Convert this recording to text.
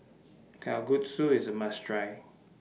Kalguksu IS A must Try